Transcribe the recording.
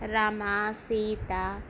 Rama Sita